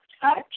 touch